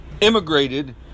immigrated